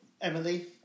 Emily